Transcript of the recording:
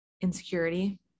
Insecurity